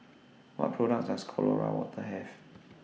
What products Does Colora Water Have